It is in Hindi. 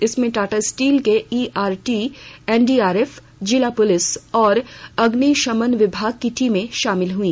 इसमें टाटा स्टील के इआरटी एनडीआरएफ जिला पुलिस और अग्निशमन विमाग की टीम शामिल हुई